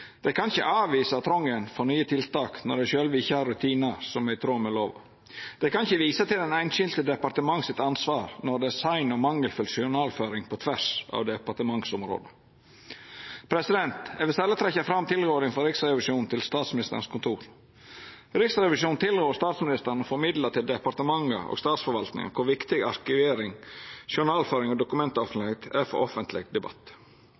kan ikkje avvisa trongen for nye tiltak når dei sjølve ikkje har rutinar som er i tråd med lova. Dei kan ikkje visa til det einskilde departement sitt ansvar når det er sein og mangelfull journalføring på tvers av departementsområda. Eg vil særleg trekkja fram tilrådinga frå Riksrevisjonen til Statsministerens kontor. Riksrevisjonen tilrår statsministeren å formidla til departementa og statsforvaltninga kor viktig arkivering, journalføring og dokumentoffentlegheit er for offentleg debatt,